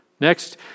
Next